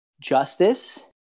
Justice